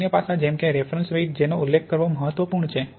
અન્ય પાસા જેમકે રેફ્રરન્સ વેઇટ જેનો ઉલ્લેખ કરવો મહત્વપૂર્ણ છે